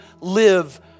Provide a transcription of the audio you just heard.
live